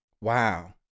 Wow